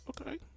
Okay